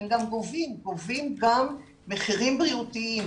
הם גם גובים מחירים בריאותיים.